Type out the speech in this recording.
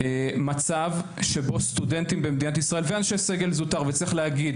מצב שבו סטודנטים במדינת ישראל ואנשי סגל זוטר וצריך להגיד,